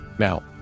Now